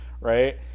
right